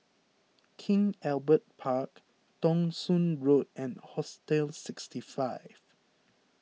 King Albert Park Thong Soon Road and Hostel sixty five